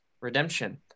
redemption